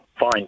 fine